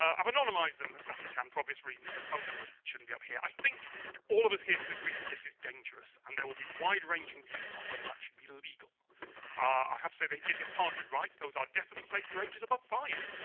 anonymized them as best i can for obvious reasons. their phone number shouldn't be up here i think all of us here can agree that this is dangerous and there will be wide-ranging views on whether that should be legal i have so they did get part of it right? those are definitely safe for ages above five